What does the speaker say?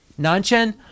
Nanchen